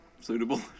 suitable